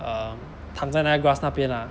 um 躺在那个 grass 那边啊